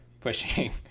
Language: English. pushing